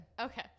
Okay